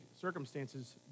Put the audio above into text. circumstances